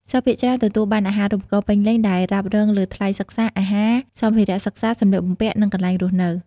សិស្សភាគច្រើនទទួលបានអាហារូបករណ៍ពេញលេញ ដែលរ៉ាប់រងលើថ្លៃសិក្សា អាហារ សម្ភារៈសិក្សា សម្លៀកបំពាក់ និងកន្លែងស្នាក់នៅ។